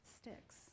sticks